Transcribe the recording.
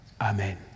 Amen